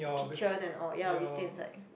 kitchen and all ya we stay inside